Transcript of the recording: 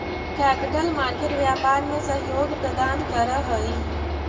capital market व्यापार में सहयोग प्रदान करऽ हई